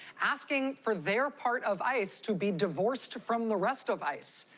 asking for their part of ice to be divorced from the rest of ice,